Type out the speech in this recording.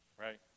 right